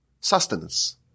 sustenance